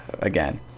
again